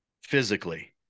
physically